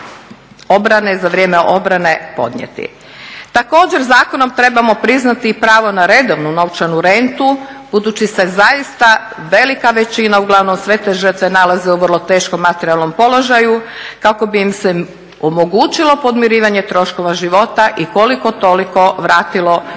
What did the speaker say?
obrane za vrijeme obrane podnijeti. Također, zakonom trebamo priznati i pravo na redovnu novčanu rentu budući se zaista velika većina uglavnom sve te žrtve nalaze u vrlo teškom materijalnom položaju kako bi im se omogućilo podmirivanje troškova života i koliko toliko vratilo u